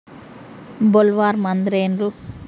Bollworm ಅಂದ್ರೇನು?